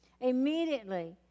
immediately